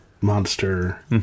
monster